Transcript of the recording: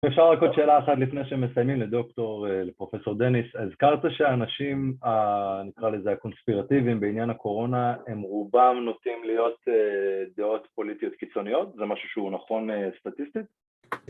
אפשר רק עוד שאלה אחת לפני שמסיימים לדוקטור, לפרופסור דניס, הזכרת שאנשים, נקרא לזה הקונספירטיביים בעניין הקורונה הם רובם נוטים להיות דעות פוליטיות קיצוניות? זה משהו שהוא נכון סטטיסטית?